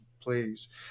please